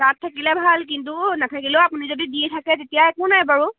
তাত থাকিলে ভাল কিন্তু নাথাকিলেও আপুনি যদি দি থাকে তেতিয়া একো নাই বাৰু